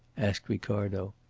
asked ricardo.